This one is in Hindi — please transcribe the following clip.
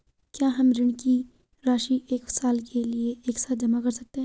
क्या हम ऋण की राशि एक साल के लिए एक साथ जमा कर सकते हैं?